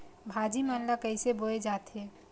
भाजी मन ला कइसे बोए जाथे?